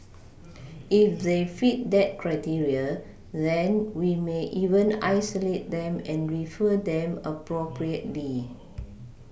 if they fit that criteria then we may even isolate them and refer them appropriately